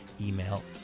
email